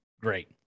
great